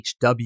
hw